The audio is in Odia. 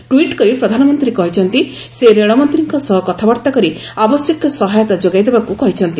ଟ୍ୱିଟ୍ କରି ପ୍ରଧାନମନ୍ତ୍ରୀ କହିଛନ୍ତି ସେ ରେଳମନ୍ତ୍ରୀଙ୍କ ସହ କଥାବାର୍ତ୍ତା କରି ଆବଶ୍ୟକୀୟ ସହାୟତା ଯୋଗାଇଦେବାକୁ କହିଛନ୍ତି